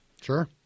Sure